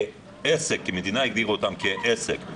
כי המדינה הגדירה אותם כעסק.